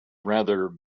rather